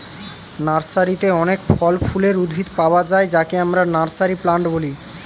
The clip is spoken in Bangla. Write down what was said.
নার্সারিতে অনেক ফল ফুলের উদ্ভিদ পায়া যায় যাকে আমরা নার্সারি প্লান্ট বলি